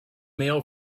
mail